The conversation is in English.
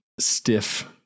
stiff